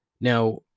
Now